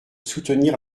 soutenir